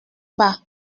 bas